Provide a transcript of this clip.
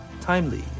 timely